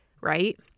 right